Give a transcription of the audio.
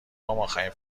آخرین